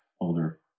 older